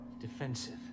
Defensive